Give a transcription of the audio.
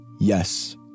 Yes